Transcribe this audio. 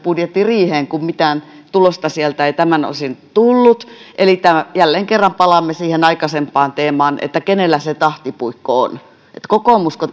budjettiriiheen kun mitään tulosta sieltä ei tämän osalta tullut eli jälleen kerran palaamme siihen aikaisempaan teemaan että kenellä se tahtipuikko on ja että kokoomusko